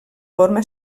forma